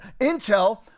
intel